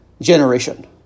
generation